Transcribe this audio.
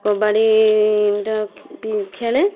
କବାଡ଼ିର ଖେ ବି ଖେଳେ